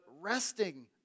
resting